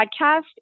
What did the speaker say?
podcast